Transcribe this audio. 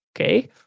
okay